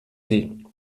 sie